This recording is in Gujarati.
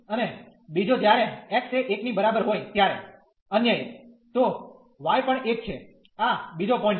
અને બીજો જ્યારે x એ 1 ની બરાબર હોય ત્યારે અન્ય એક તો y પણ 1 છે આ બીજો પોઈન્ટ છે